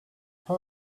how